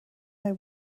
they